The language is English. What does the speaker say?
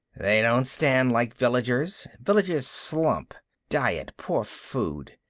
they don't stand like villagers. villagers slump diet, poor food.